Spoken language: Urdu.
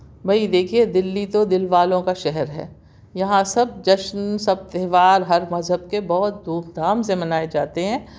بھائی دیکھئے دلی تو دل والوں کا شہر ہے یہاں سب جشن سب تہوار ہر مذہب کے بہت دھوم دھام سے منائے جاتے ہیں